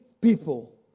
people